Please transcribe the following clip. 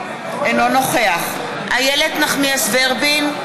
אינו נוכח איילת נחמיאס ורבין,